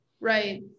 Right